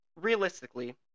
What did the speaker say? realistically